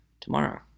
tomorrow